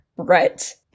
Right